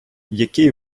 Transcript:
який